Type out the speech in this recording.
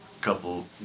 couple